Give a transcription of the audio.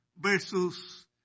versus